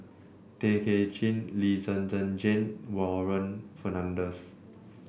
Tay Kay Chin Lee Zhen Zhen Jane Warren Fernandez